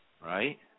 Right